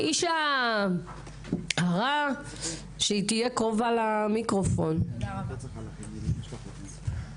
אי אפשר ללכת או לתפקד כאמא.